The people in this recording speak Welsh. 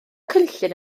cynllun